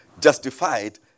justified